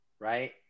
right